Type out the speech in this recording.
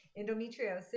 endometriosis